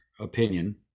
opinion